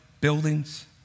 buildings